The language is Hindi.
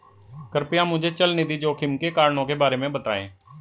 कृपया मुझे चल निधि जोखिम के कारणों के बारे में बताएं